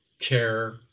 care